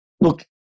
look